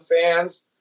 fans